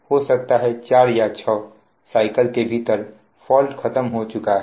हो सकता है 4 या 6 साइकिल के भीतर फॉल्ट खत्म हो चुका है